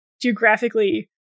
geographically